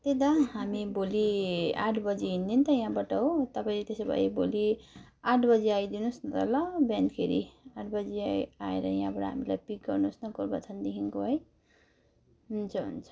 त्यही त हामी भोलि आठबजे हिँड्ने नि त याहाँबाट हो तपाईँले त्यसोभए भोलि आठबजे आइदिनुहोस् न त ल बिहानखेरि आठबजे आए आएर यहाँबाट हामीलाई पिक गर्नुहोस् न गोरुबथानदेखिको है हुन्छ हुन्छ